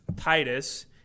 Titus